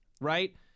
right